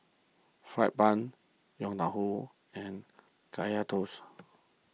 Fried Bun Yong Tau Foo and Kaya Toast